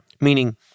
Meaning